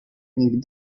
longue